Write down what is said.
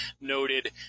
noted